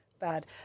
Bad